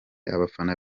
abafana